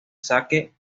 saque